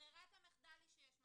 ברירת המחדל היא שיש מצלמות.